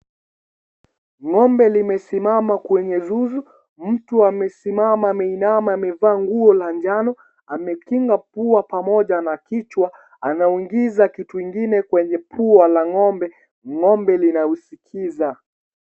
Ngombe limesimama kwenye zuzu, mtu amesimama ameinama amevaa nguo la njano, amekinga pua pamoja na kichwa anaingiza kitu ingine kwenye pua la ngombe, ngombe anausikiza.